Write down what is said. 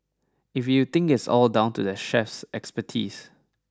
if you think it's all down to the chef's expertise